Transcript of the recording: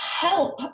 help